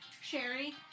Sherry